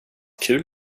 kul